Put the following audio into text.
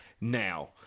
now